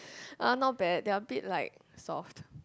uh not bad they are a bit like soft